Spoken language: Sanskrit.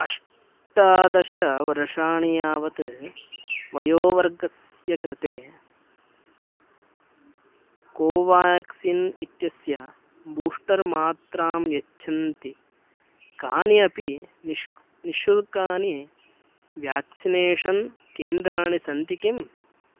अष्टादशवर्षाणि यावत् वयोवर्गस्य कृते कोवाक्सिन् इत्यस्य बूश्टर् मात्रां यच्छन्ती कानि अपि निश्क् निःशुल्कानि व्याक्सिनेषन् केन्द्राणि सन्ति किम्